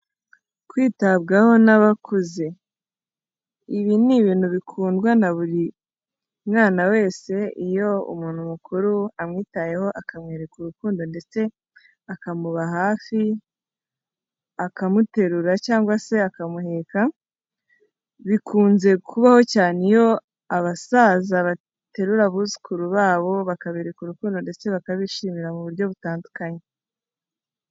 Kwitabwaho n'abakuze. Ibi ni ibintu bikundwa na buri mwana wese, iyo umuntu mukuru amwitayeho akamwereka urukundo, ndetse akamuba hafi, akamuterura cyangwa se akamuheka, bikunze kubaho cyane iyo abasaza baterura abuzukuru babo, bakabereka urukundo ndetse bakabishimira mu buryo butandukanye.